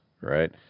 right